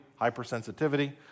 hypersensitivity